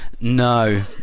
No